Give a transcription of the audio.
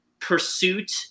pursuit